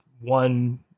one